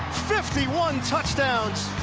fifty one touchdowns.